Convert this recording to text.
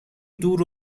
دور